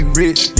rich